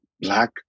Black